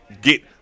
get